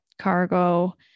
cargo